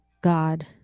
God